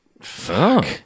fuck